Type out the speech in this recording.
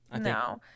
No